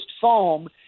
foam